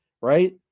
right